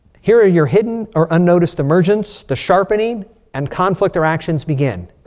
here are your hidden or unnoticed emergence. the sharpening and conflict or actions begin.